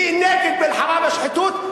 מי נגד מלחמה בשחיתות,